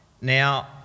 Now